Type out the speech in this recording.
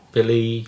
Billy